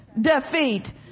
defeat